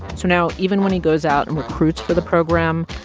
so now even when he goes out and recruits for the program,